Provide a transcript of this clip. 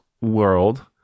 world